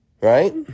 Right